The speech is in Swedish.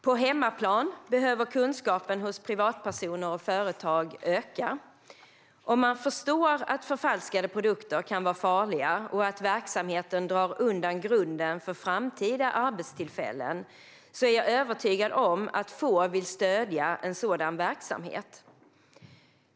På hemmaplan behöver kunskapen hos privatpersoner och företag öka. Om man förstår att förfalskade produkter kan vara farliga och att verksamheten drar undan grunden för framtida arbetstillfällen är jag övertygad om att få vill stödja sådan verksamhet.